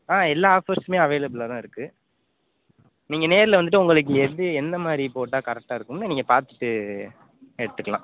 எல்லா ஆஃபர்ஸுமே அவைலபிலாக தான் இருக்குது நீங்கள் நேரில் வந்துட்டு உங்களுக்கு எது எந்த மாதிரி போட்டால் கரெக்ட்டாக இருக்கும்ன்னு நீங்கள் பார்த்துட்டு எடுத்துக்கலாம்